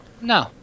No